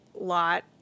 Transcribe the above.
lot